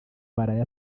waraye